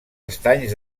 estanys